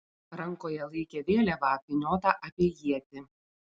rankoje laikė vėliavą apvyniotą apie ietį